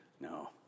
No